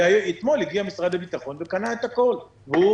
ואתמול הגיע משרד הביטחון וקנה הכול והוא